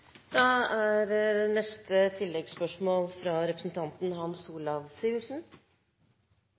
Da er neste oppfølgingsspørsmål fra representanten